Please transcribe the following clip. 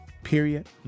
Period